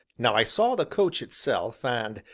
now i saw the coach itself, and,